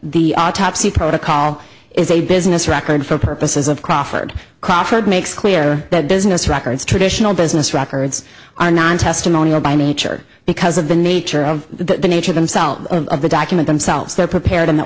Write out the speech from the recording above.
the autopsy protocol is a business record for purposes of crawford crawford makes clear that business records traditional business records are non testimony or by nature because of the nature of the nature themselves of the document themselves they're prepared in the